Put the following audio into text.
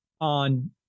on